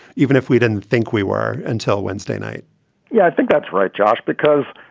even if we didn't think we were until wednesday night yeah, i think that's right, josh, because,